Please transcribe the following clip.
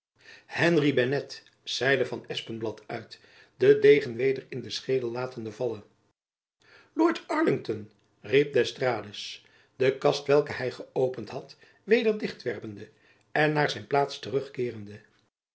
henry bennet riep van espenblad uit den degen weder in de schede latende vallen lord arlington riep d'estrades de kast welke hy geöpend had weder dichtwerpende en naar zijn plaats terugkeerende